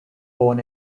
born